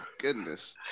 goodness